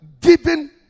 giving